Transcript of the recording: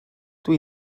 dwi